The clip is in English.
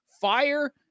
fire